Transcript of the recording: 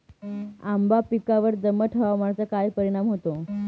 आंबा पिकावर दमट हवामानाचा काय परिणाम होतो?